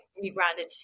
rebranded